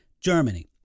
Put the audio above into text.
Germany